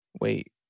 wait